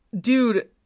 dude